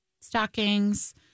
stockings